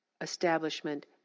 establishment